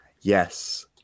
Yes